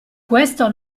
questo